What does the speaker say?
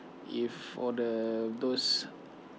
if for the those